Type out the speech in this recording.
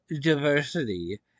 Diversity